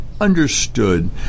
understood